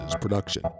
production